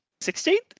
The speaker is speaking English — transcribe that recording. Sixteenth